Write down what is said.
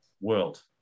world